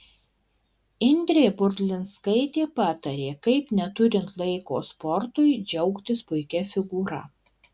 indrė burlinskaitė patarė kaip neturint laiko sportui džiaugtis puikia figūra